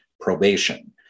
probation